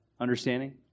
understanding